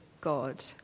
God